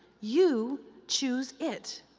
you choose it.